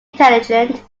intelligent